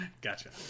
Gotcha